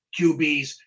QBs